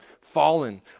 fallen